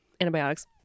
antibiotics